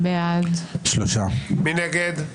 מי נגד?